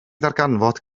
ddarganfod